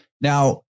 Now